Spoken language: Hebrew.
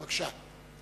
בבקשה.